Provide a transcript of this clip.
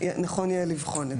נכון יהיה לבחון את זה.